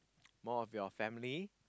more of your family